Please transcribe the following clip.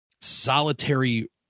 solitary